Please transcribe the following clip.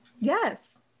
Yes